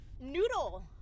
Noodle